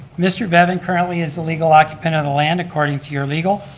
mr. bevan currently is the legal occupant of the land, according to your legal,